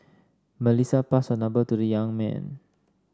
Melissa passed her number to the young man